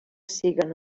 siguen